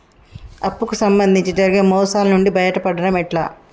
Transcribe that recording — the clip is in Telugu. అప్పు కు సంబంధించి జరిగే మోసాలు నుండి బయటపడడం ఎట్లా?